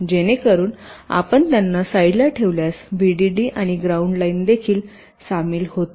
जेणेकरून आपण त्यांना साईडला ठेवल्यास व्हीडीडी आणि ग्राउंड लाइन देखील सामील होतील